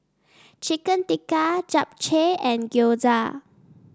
Chicken Tikka Japchae and Gyoza